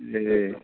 ए